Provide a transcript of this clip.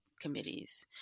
committees